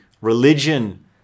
religion